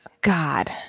God